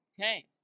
okay